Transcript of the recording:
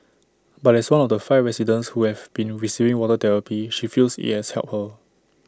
but as one of the five residents who have been receiving water therapy she feels IT has helped her